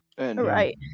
Right